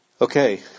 Okay